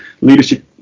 leadership